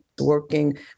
working